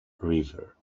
river